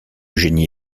génie